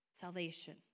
salvation